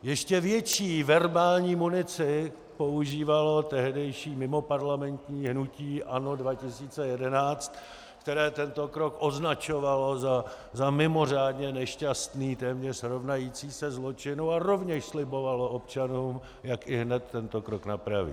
Ještě větší verbální munici používalo tehdejší mimoparlamentní hnutí ANO 2011, které tento krok označovalo za mimořádně nešťastný, téměř rovnající se zločinu, a rovněž slibovalo občanům, jak ihned tento krok napraví.